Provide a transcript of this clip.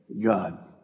God